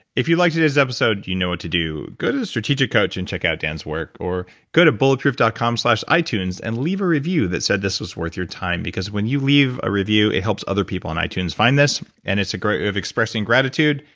if you liked today's episode, you know what to do. go to strategic coach and check out dan's work or go to bulletproof dot com slash ah itunes and leave a review that said this was worth your time, because when you leave a review, it helps other people on itunes find this and it's a great way of expressing gratitude,